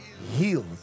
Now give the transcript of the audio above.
healed